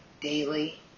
daily